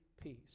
peace